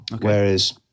whereas